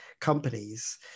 companies